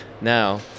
now